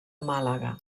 màlaga